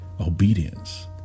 obedience